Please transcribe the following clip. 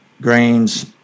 grains